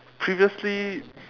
previously